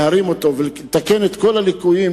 להרים אותו ולתקן את כל הליקויים,